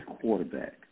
quarterback